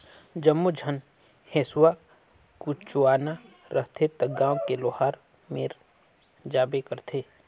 जम्मो झन ह हेसुआ कुचवाना रहथे त गांव के लोहार मेर जाबे करथे